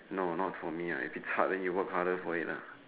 no not for me ah I think if its hard then you work hard for it lah